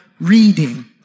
reading